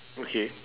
okay